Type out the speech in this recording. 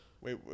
wait